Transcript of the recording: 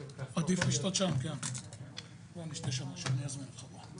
יש גופי כשרות שהייתי אומר שצריך לתת את האחריות להם ויש